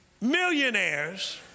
millionaires